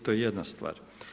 To je jedna stvar.